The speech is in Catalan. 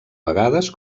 vegades